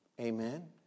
Amen